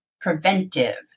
preventive